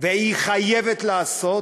והיא חייבת לעשות,